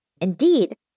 Indeed